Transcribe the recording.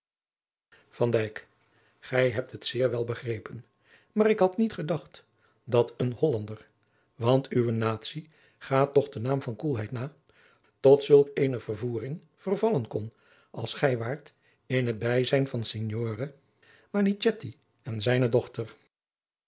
gij hebt het zeer wel begrepen maar ik had niet gedacht dat een hollander want uwe natie gaat toch de naam van koelheid na tot zulk eene vervoering vervallen kon als gij waart in het bijzijn van signore manichetti en zijne dochter